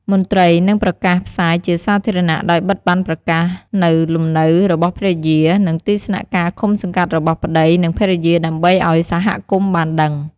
មន្ត្រីនឹងប្រកាសផ្សាយជាសាធារណៈដោយបិទប័ណ្ណប្រកាសនៅលំនៅរបស់ភរិយា និងទីស្នាក់ការឃុំសង្កាត់របស់ប្ដី និងភរិយា ដើម្បីឲ្យសហគមន៍ បានដឹង។